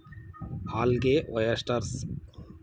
algae, oysters